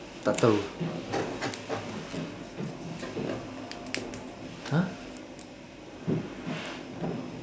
tak tahu !huh!